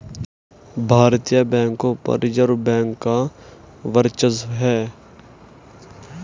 भारतीय बैंकों पर रिजर्व बैंक का वर्चस्व है